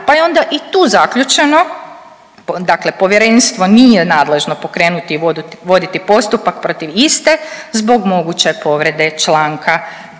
pa je onda i tu zaključeno, dakle povjerenstvo nije nadležno pokrenuti i voditi postupak protiv iste zbog moguće povrede Članka